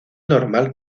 normal